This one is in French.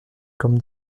comme